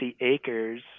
acres